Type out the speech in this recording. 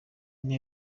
indi